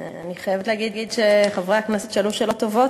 אני חייבת להגיד שחברי הכנסת שאלו שאלות טובות